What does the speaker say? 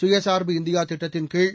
சுயசார்பு இந்தியா திட்டத்தின்கீழ்